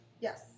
Yes